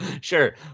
Sure